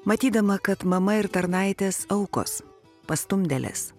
matydama kad mama ir tarnaitės aukos pastumdėlės